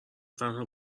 تنها